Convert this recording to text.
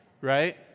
Right